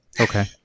Okay